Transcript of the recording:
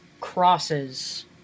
crosses